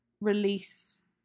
release